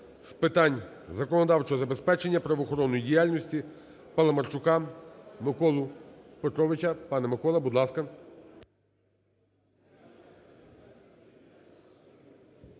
з питань законодавчого забезпечення правоохоронної діяльності Паламарчука Миколу Петровича. Пане Миколо, будь ласка.